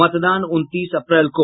मतदान उनतीस अप्रैल को